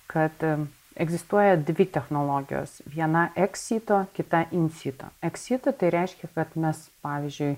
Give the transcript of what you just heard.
kad egzistuoja dvi technologijos viena ex situ kita in situ ex situ tai reiškia kad mes pavyzdžiui